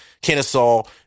Kennesaw